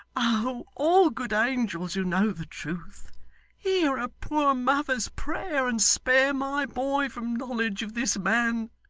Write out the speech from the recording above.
oh! all good angels who know the truth hear a poor mother's prayer, and spare my boy from knowledge of this man